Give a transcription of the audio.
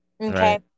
Okay